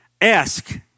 Ask